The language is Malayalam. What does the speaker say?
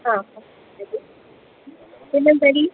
ആ പിന്നെ നെല്ലി